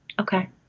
Okay